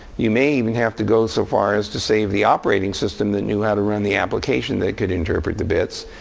you may even have to go so far as to save the operating system that knew how to run the application that could interpret the bits.